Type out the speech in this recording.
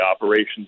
operations